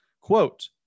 quote